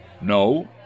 No